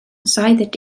cited